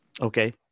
Okay